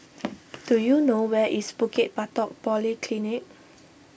do you know where is Bukit Batok Polyclinic